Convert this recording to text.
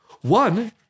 One